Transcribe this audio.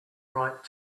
write